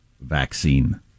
Vaccine